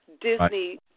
Disney